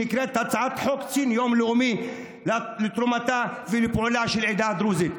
שנקראת: הצעת חוק ציון יום לאומי לתרומתה ולפועלה של העדה הדרוזית.